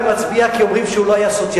כי אומרים שהוא לא היה סוציאליסט גדול.